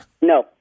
No